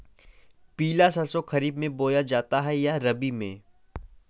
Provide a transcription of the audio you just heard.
पिला सरसो खरीफ में बोया जाता है या रबी में?